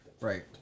Right